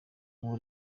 ubu